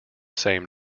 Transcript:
same